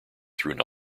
through